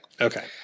Okay